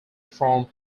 from